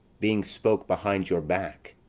being spoke behind your back,